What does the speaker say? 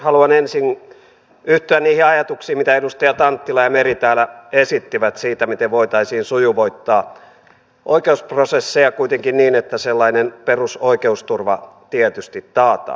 haluan ensin yhtyä niihin ajatuksiin mitä edustajat anttila ja meri täällä esittivät siitä miten voitaisiin sujuvoittaa oikeusprosesseja kuitenkin niin että sellainen perus oikeusturva tietysti taataan